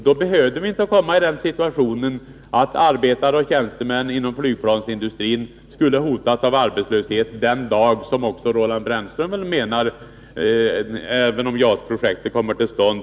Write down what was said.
Då skulle vi inte behöva komma i den situationen att arbetare och tjänstemän inom flygplansindustrin skulle hotas av arbetslöshet den dag JAS-projektet är slutfört — om det kommer till stånd.